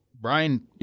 Brian